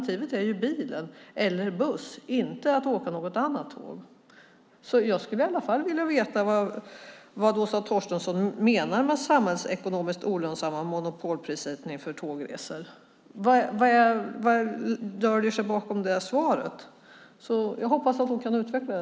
Alternativet är ju bilen eller buss, inte att åka något annat tåg. Jag skulle i alla fall vilja veta vad Åsa Torstensson menar med samhällsekonomiskt olönsam monopolprissättning för tågresor. Vad döljer sig bakom det svaret? Jag hoppas att hon kan utveckla det.